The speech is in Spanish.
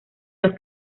los